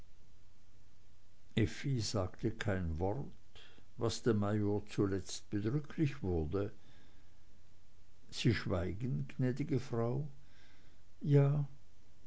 sagte kein wort was dem major zuletzt bedrücklich wurde sie schweigen gnädigste frau ja